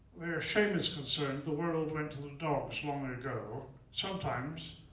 where shame is concerned, the world went to the dogs long ago. sometimes,